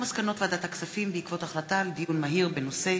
מסקנות ועדת הכספים בעקבות דיון מהיר בהצעה